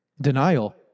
Denial